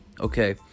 Okay